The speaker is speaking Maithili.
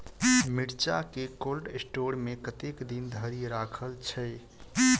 मिर्चा केँ कोल्ड स्टोर मे कतेक दिन धरि राखल छैय?